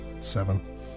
Seven